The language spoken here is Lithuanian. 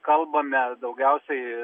kalbame daugiausiai